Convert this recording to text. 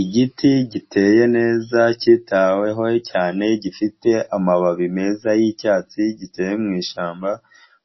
Igiti giteye neza kitaweho cyane gifite amababi meza y'icyatsi, giteye mu ishyamba